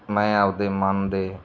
ਮੈਂ ਆਪਣੇ ਮਨ ਦੇ